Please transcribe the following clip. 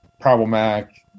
problematic